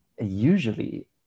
usually